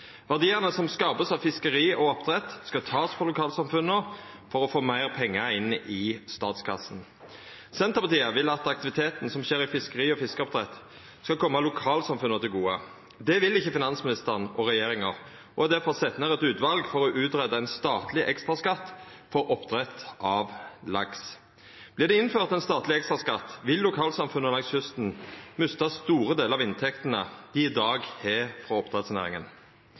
Verdiane som vert skapte av fiskeri og oppdrett, skal takast frå lokalsamfunna for å få meir pengar inn i statskassen. Senterpartiet vil at aktiviteten som skjer i fiskeri og fiskeoppdrett, skal koma lokalsamfunna til gode. Det vil ikkje finansministeren og regjeringa og har difor sett ned eit utval for å greia ut ein statleg ekstraskatt for oppdrett av laks. Vert det innført ein statleg ekstraskatt, vil lokalsamfunna langs kysten mista store delar av inntektene dei i dag har frå oppdrettsnæringa.